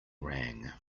rang